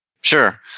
Sure